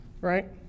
right